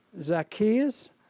Zacchaeus